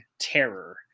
terror